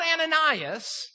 Ananias